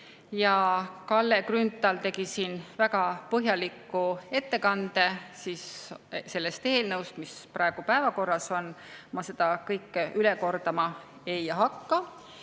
Kalle Grünthal tegi siin väga põhjaliku ettekande sellest eelnõust, mis praegu päevakorras on. Ma seda kõike üle kordama ei hakka. Paar